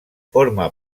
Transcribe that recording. forma